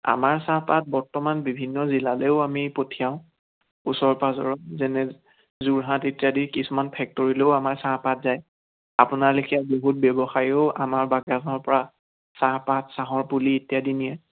আমাৰ চাহপাত বৰ্তমান বিভিন্ন জিলালৈও আমি পঠিয়াওঁ ওচৰ পাঁজৰ যেনে যোৰহাট ইত্যাদি কিছুমান ফেক্টৰিলৈও আমাৰ চাহপাত যায় আপোনাৰ লেখীয়া বহুত ব্যৱসায়ীও আমাৰ বাগানৰ পৰা চাহপাত চাহৰ পুলি ইত্যাদি নিয়ে